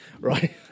Right